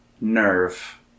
nerve